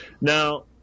Now